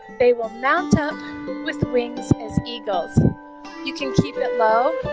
they will mount up with wings as eagles you can keep it low